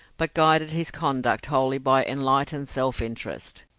but guided his conduct wholly by enlightened self-interest.